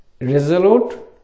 resolute